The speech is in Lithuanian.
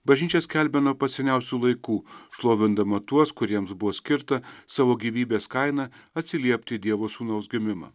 bažnyčia skelbia nuo pat seniausių laikų šlovindama tuos kuriems buvo skirta savo gyvybės kaina atsiliepti į dievo sūnaus gimimą